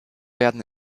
werden